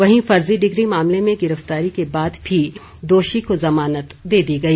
वहीं फर्जी डिग्री मामले में गिरफ़तारी के बाद भी दोषी को जमानत दे दी गई